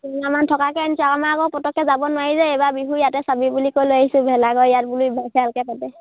তিনিমাহমান থকাকৈ আনিছোঁ আৰু আমাৰ আকৌ পটককৈ যাব নোৱাৰি যে এইবাৰ বিহু ইয়াতে চাবি বোলো বুলি কৈ লৈ আহিছোঁ ভেলাঘৰ ইয়াত বোলো ভালকৈ পাতে